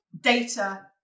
data